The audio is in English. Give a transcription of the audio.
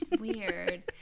weird